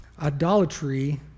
Idolatry